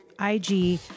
IG